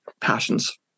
passions